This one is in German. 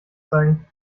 zeigen